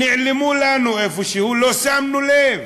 נעלמו לנו איפשהו, לא שמנו לב.